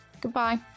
goodbye